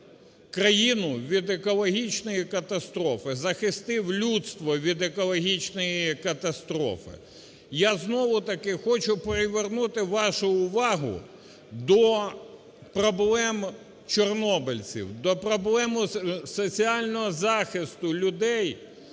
країну від екологічної катастрофи, захистив людство від екологічної катастрофи. Я знову-таки хочу привернути вашу увагу до проблем чорнобильців, до проблем соціального захисту людей,